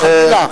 חלילה,